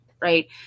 Right